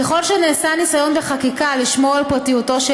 ככל שנעשה ניסיון בחקיקה לשמור על פרטיותו של